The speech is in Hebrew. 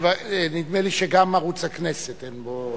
נדמה לי שגם ערוץ הכנסת אין בו,